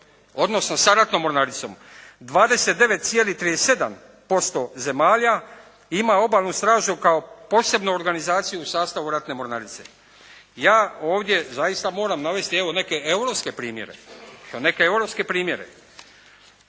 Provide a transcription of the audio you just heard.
odnosno sa ratnom mornaricom, 29,37% zemalja ima obalnu stražu kao posebnu organizaciju u sastavu ratne mornarice. Ja ovdje zaista moram navesti evo neke europske primjere,